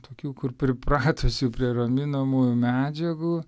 tokių kur pripratusių prie raminamųjų medžiagų